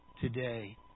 today